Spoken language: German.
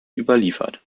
überliefert